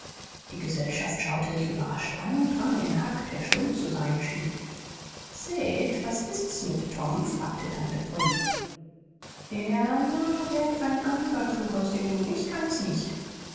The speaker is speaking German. die gesellschaft schaute sich überrascht an und drang in huck der stumm zu sein schien sid was ist's mit tom fragte tante polly er na werd ein anderer klug aus dem jungen ich kann's nicht